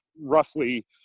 roughly